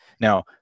Now